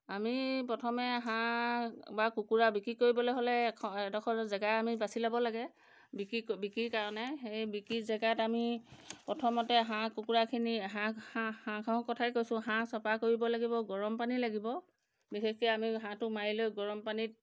আমি প্ৰথমে হাঁহ বা কুকুৰা বিক্ৰী কৰিবলৈ হ'লে এডোখৰ জেগা আমি বাচি ল'ব লাগে বিক্ৰী বিক্ৰীৰ কাৰণে সেই বিক্ৰীৰ জেগাত আমি প্ৰথমতে হাঁহ কুকুৰাখিনি হাঁহ হাঁহ হাঁহৰ কথাই কৈছোঁ হাঁহ চফা কৰিব লাগিব গৰম পানী লাগিব বিশেষকৈ আমি হাঁহটো মাৰি লৈ গৰম পানীত